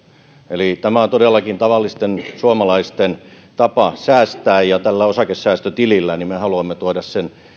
eli tämä on todellakin tavallisten suomalaisten tapa säästää ja tällä osakesäästötilillä me haluamme tuoda sen